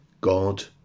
God